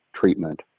treatment